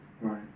right